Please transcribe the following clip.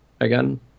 again